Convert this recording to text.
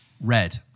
Red